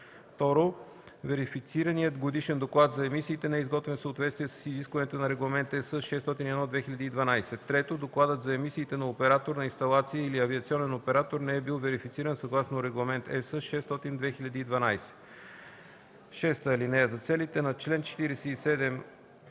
2. верифицираният годишен доклад за емисиите не е изготвен в съответствие с изискванията на Регламент (ЕС) № 601/2012; 3. докладът за емисиите на оператор на инсталация или авиационен оператор не е бил верифициран съгласно Регламент (ЕС) № 600/2012. (6) За целите на чл. 47,